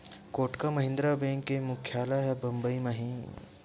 Kotak Mahindra bank के मुख्यालय ह बंबई म हे